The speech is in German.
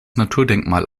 naturdenkmal